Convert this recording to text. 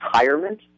retirement